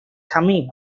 tammy